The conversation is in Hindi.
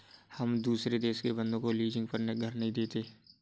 हम दुसरे देश के बन्दों को लीजिंग पर घर नहीं देते